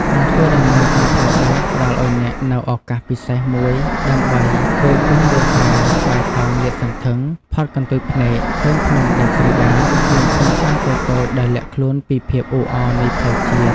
ការធ្វើដំណើរតាមផ្លូវដែកផ្តល់ឱ្យអ្នកនូវឱកាសពិសេសមួយដើម្បី គយគន់វាលស្រែបៃតងលាតសន្ធឹង ផុតកន្ទុយភ្នែក ឃើញភ្នំដាច់ស្រយាល និងភូមិដ្ឋានតូចៗដែលលាក់ខ្លួនពីភាពអ៊ូអរនៃផ្លូវជាតិ។